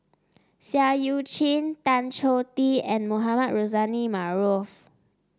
Seah Eu Chin Tan Choh Tee and Mohamed Rozani Maarof